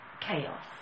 chaos